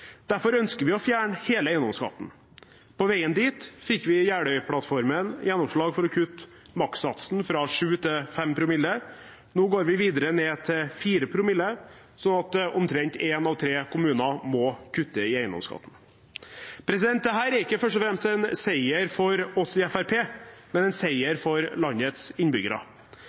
Derfor ønsker vi å fjerne hele eiendomsskatten. På veien dit fikk vi i Jeløya-plattformen gjennomslag for å kutte makssatsen fra 7 til 5 promille. Nå går vi videre ned til 4 promille, slik at omtrent én av tre kommuner må kutte i eiendomsskatten. Dette er ikke først og fremst en seier for oss i Fremskrittspartiet, men en seier for landets innbyggere.